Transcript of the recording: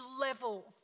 level